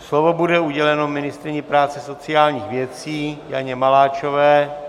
Slovo bude uděleno ministryni práce a sociálních věcí Janě Maláčové.